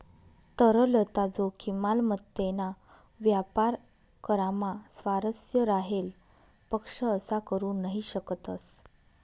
तरलता जोखीम, मालमत्तेना व्यापार करामा स्वारस्य राहेल पक्ष असा करू नही शकतस